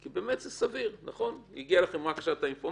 כי זה סביר הגיעה אליכם רק עכשיו האינפורמציה,